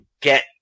get